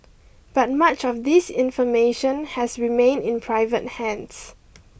but much of this information has remained in private hands